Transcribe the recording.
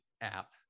app